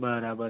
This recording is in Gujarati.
બરાબર